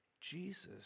Jesus